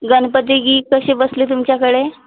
गणपती गी कशी बसली तुमच्याकडे